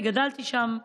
אני גדלתי שם בנעוריי,